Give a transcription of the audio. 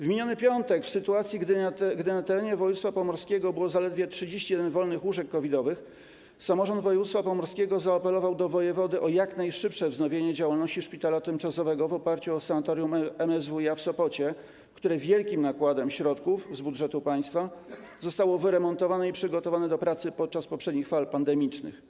W miniony piątek, w sytuacji gdy na terenie województwa pomorskiego było zaledwie 31 wolnych łóżek COVID-owych, samorząd województwa pomorskiego zaapelował do wojewody o jak najszybsze wznowienie działalności szpitala tymczasowego w oparciu o sanatorium MSWiA w Sopocie, które wielkim nakładem środków z budżetu państwa zostało wyremontowane i przygotowane do pracy podczas poprzednich fal pandemicznych.